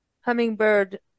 hummingbird